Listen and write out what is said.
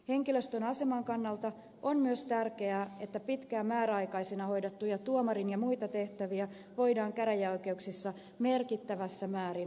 henkilöstön aseman kannalta on myös tärkeää että pitkään määräaikaisena hoidettuja tuomarin ja muita tehtäviä voidaan käräjäoikeuksissa merkittävässä määrin vakinaistaa